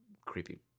creepy